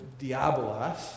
diabolos